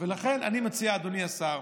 אדוני השר,